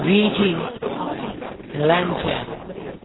Beijing London